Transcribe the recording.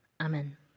Amen